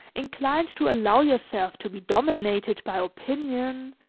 inclined to allow yourself to be dominated by opinion,